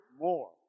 more